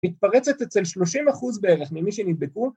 ‫מתפרצת אצל 30 אחוז בערך ‫ממי שנדבקו.